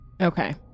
Okay